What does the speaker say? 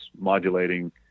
modulating